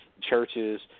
churches